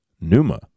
Numa